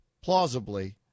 plausibly